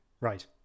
Right